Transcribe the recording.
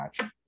match